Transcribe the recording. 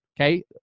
Okay